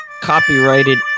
copyrighted